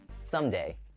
someday